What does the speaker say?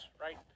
right